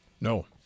No